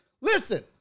Listen